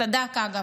צדק, אגב.